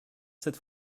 cette